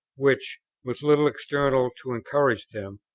which, with little external to encourage them,